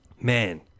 man